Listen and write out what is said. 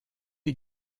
est